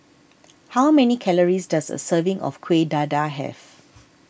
how many calories does a serving of Kueh Dadar have